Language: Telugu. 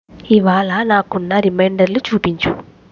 ఇవాళ నాకున్న రిమైండర్లు చూపించు